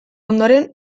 ondoren